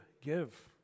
Give